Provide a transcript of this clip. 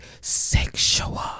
sexual